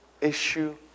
issue